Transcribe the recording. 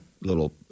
little